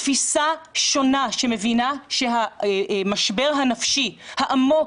תפיסה שונה שמבינה שהמשבר הנפשי העמוק